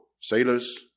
sailors